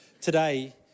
today